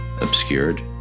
Obscured